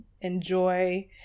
enjoy